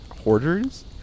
Hoarders